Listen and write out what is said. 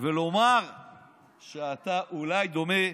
ולומר שאתה אולי דומה,